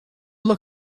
look